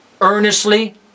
earnestly